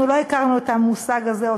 אנחנו לא הכרנו את המושג הזה,